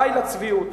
די לצביעות.